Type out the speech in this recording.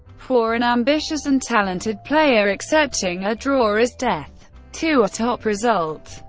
for an ambitious and talented player, accepting a draw is death to a top result.